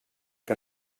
que